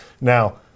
Now